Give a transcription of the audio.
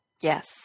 yes